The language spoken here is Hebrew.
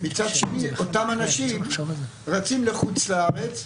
ומצד שני אותם אנשים רצים לחוץ לארץ,